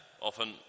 often